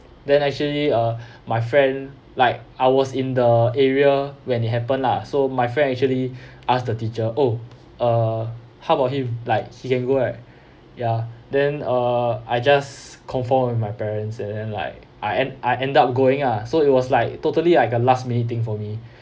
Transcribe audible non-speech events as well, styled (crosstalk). then actually uh (breath) my friend like ours in the I was when it happened lah so my friend actually (breath) ask the teacher oh uh how about him like he can go right ya then uh I just confirm with my parents and then like I end I ended up going ah so it was like totally like a last minute thing for me